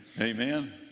Amen